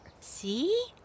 see